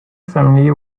family